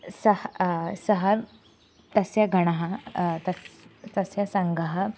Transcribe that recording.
सः सः तस्य गणः तस् तस्य सङ्घः